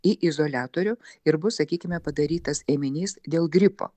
į izoliatorių ir bus sakykime padarytas ėminys dėl gripo